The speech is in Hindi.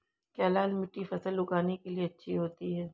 क्या लाल मिट्टी फसल उगाने के लिए अच्छी होती है?